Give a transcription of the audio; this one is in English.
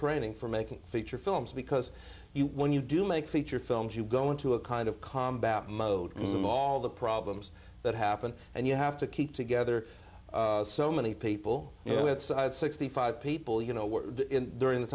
training for making feature films because you when you do make feature films you go into a kind of combat mode and all the problems that happen and you have to keep together so many people you know it's sixty five people you know were during the